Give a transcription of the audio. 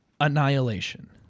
Annihilation